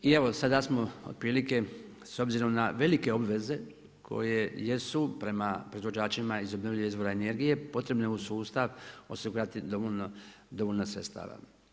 I evo sada smo otprilike s obzirom na velike obveze koje jesu prema proizvođačima iz obnovljivih izvora energije potrebno je u sustav osigurati dovoljno sredstava.